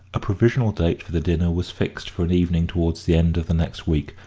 a provisional date for the dinner was fixed for an evening towards the end of the next week,